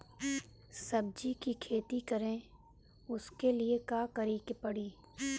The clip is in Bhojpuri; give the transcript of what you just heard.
सब्जी की खेती करें उसके लिए का करिके पड़ी?